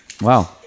Wow